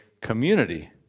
community